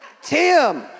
Tim